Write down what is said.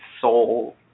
soul